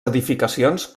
edificacions